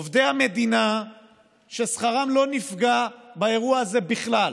עובדי המדינה ששכרם, לא נפגע באירוע הזה בכלל,